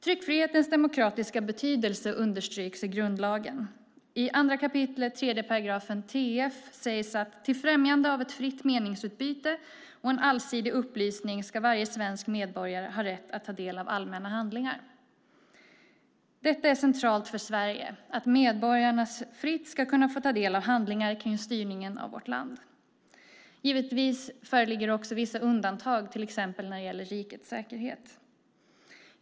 Tryckfrihetens demokratiska betydelse understryks i grundlagen. I 2 kap. 1 § tryckfrihetsförordningen sägs: "Till främjande av ett fritt meningsutbyte och en allsidig upplysning skall varje svensk medborgare ha rätt att taga del av allmänna handlingar." Det är centralt för Sverige att medborgarna fritt ska kunna få ta del av handlingar kring styrningen av vårt land. Givetvis föreligger också vissa undantag, till exempel när det gäller rikets säkerhet.